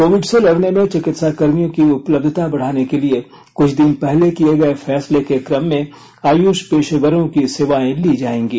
Covid से लड़ने में चिकित्सा कर्मियों की उपलब्धता बढ़ाने के लिए कुछ दिन पहले किए गए फैसले के क्रम में आयुष पेशेवरों की सेवायें ली जाएंगी